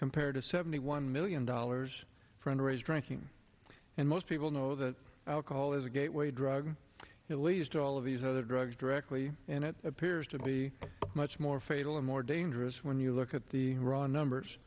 compared to seventy one million dollars for under age drinking and most people know that alcohol is a gateway drug it leads to all of these other drugs directly and it appears to be much more fatal and more dangerous when you look at the numbers